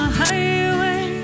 highway